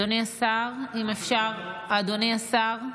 אדוני השר, אם אפשר, אדוני השר,